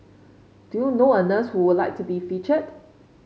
do you know a nurse who would like to be featured